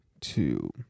two